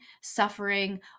suffering